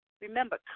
Remember